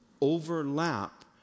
overlap